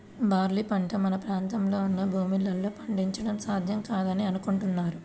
barley పంట మన ప్రాంతంలో ఉన్న భూముల్లో పండించడం సాధ్యం కాదని అనుకుంటున్నాను